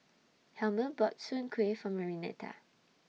Helmer bought Soon Kueh For Marianita